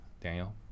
Daniel